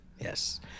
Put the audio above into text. Yes